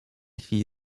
chwili